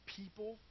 people